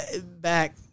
back